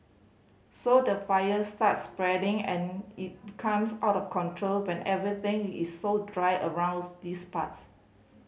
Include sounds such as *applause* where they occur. so the fire starts spreading and it becomes out of control when everything is so dry around *unintelligible* these parts